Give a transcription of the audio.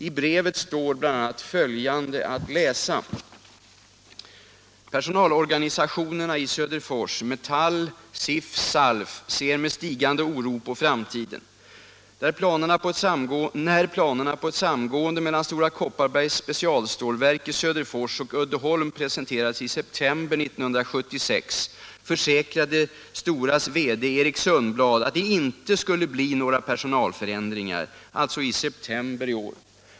I brevet står bl.a. följande att läsa: ”Personalorganisationerna i Söderfors —- Metall — SIF —- SALF -— ser med stigande oro på framtiden.